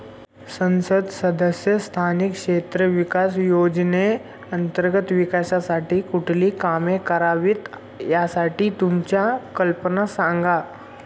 संसद सदस्य स्थानिक क्षेत्र विकास योजने अंतर्गत विकासासाठी कुठली कामे करावीत, यासाठी तुमच्या कल्पना सांगा